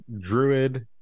druid